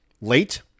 late